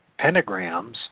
pentagrams